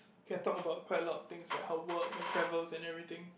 can talk about quite a lot of things like how work and travel and everything